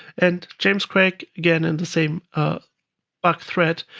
and james craig, again, in the same bug thread,